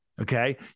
Okay